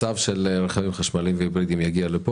הצו של רכבים חשמליים והיברידיים יגיע לפה